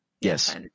Yes